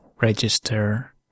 register